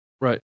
right